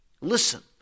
Listen